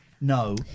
No